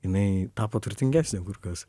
jinai tapo turtingesnė kur kas